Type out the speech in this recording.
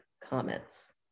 comments